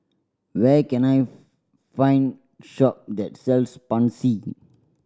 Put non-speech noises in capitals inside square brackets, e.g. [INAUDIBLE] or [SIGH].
where can I [UNINTELLIGIBLE] find shop that sells Pansy